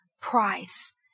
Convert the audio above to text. price